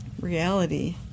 reality